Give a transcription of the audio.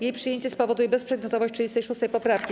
Jej przyjęcie spowoduje bezprzedmiotowość 36. poprawki.